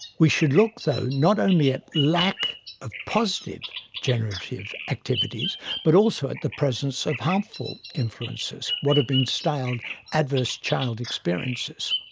we should look, though, not only at lack of positive generative activities but also at the presence of harmful influences what have been styled adverse child experiences.